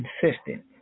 consistent